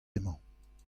emañ